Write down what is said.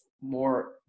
more